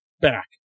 back